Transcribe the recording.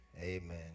amen